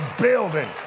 building